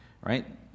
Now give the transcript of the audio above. right